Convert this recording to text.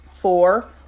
Four